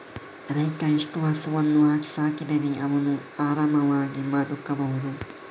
ರೈತ ಎಷ್ಟು ಹಸುವನ್ನು ಸಾಕಿದರೆ ಅವನು ಆರಾಮವಾಗಿ ಬದುಕಬಹುದು?